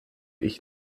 ich